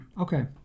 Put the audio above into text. Okay